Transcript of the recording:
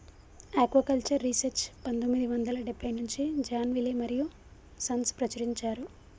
aquaculture research పందొమ్మిది వందల డెబ్బై నుంచి జాన్ విలే మరియూ సన్స్ ప్రచురించారు